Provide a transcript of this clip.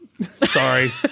Sorry